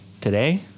Today